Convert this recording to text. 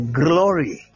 glory